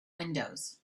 windows